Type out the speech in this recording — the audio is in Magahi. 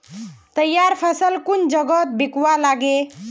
तैयार फसल कुन जगहत बिकवा लगे?